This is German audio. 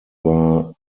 war